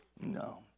No